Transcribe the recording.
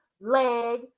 leg